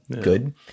good